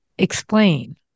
explain